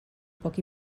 poc